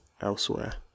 elsewhere